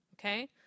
okay